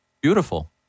Beautiful